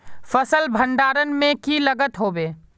फसल भण्डारण में की लगत होबे?